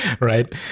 Right